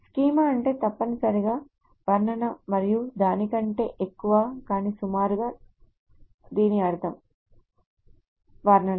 schema అంటే తప్పనిసరిగా వర్ణన మరియు దానికంటే ఎక్కువ కానీ సుమారుగా దీని అర్థం వర్ణన